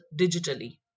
digitally